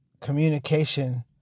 communication